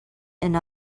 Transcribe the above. and